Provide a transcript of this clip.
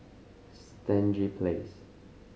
Stangee Place